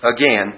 again